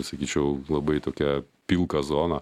sakyčiau labai tokią pilką zoną